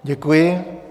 Děkuji.